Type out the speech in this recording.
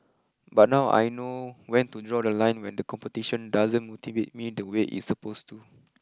but now I know when to draw the line when the competition doesn't motivate me the way it's supposed to